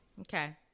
Okay